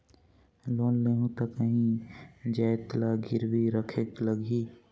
Loan लेहूं ता काहीं जाएत ला गिरवी रखेक लगही?